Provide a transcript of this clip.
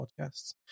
podcasts